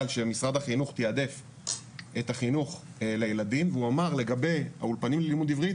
שמשרד החינוך תיעדף את החינוך לילדים והוא אמר לגבי האולפנים ללימוד עברית,